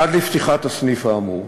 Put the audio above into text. עד לפתיחת הסניף האמור,